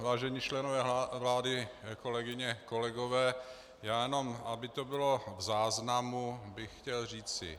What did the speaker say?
Vážení členové vlády, kolegyně a kolegové, já jenom, aby to bylo v záznamu, bych chtěl říci: